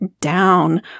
down